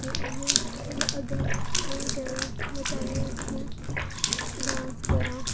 कि अहें मतलब अग्गें होना चाहि्दा में चाहन्नीं आं कि में डांस करांऽ